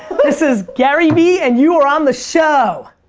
this is garyvee and you are on the show.